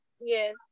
Yes